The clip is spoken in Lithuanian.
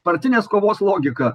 partinės kovos logika